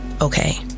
Okay